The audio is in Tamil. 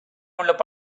உள்ள